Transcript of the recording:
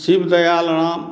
Shiv Dayal Ram